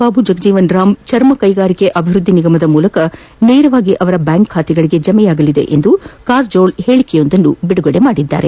ಬಾಬು ಜಗಜೀವನ್ ರಾಮ್ ಚರ್ಮ ಕೈಗಾರಿಕೆ ಅಭಿವೃದ್ದಿ ನಿಗಮದ ಮೂಲಕ ನೇರವಾಗಿ ಅವರ ಬ್ಲಾಂಕ್ ಖಾತೆಗಳಿಗೆ ಜಮೆ ಮಾಡಲಾಗುವುದು ಎಂದು ಕಾರಜೋಳ್ ಹೇಳಿಕೆಯನ್ನು ಬಿಡುಗಡೆ ಮಾಡಿದ್ದಾರೆ